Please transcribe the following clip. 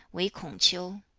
wei kong qiu.